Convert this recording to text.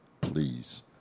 please